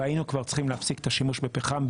והיינו צריכים להפסיק את השימוש בפחם,